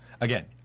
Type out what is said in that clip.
Again